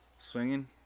Swinging